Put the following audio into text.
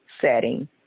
setting